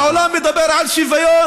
העולם מדבר על שוויון,